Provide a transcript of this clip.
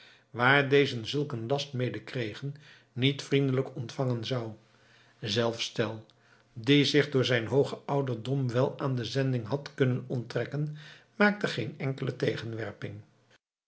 waar dezen zulk een last mede kregen niet vriendelijk ontvangen zou zelfs tell die zich door zijn hoogen ouderdom wel aan de zending had kunnen onttrekken maakte geene enkele tegenwerping